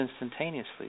instantaneously